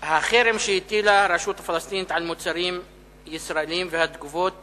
הנושא הבא: החרם שהטילה הרשות הפלסטינית על מוצרים ישראליים והתגובות